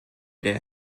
der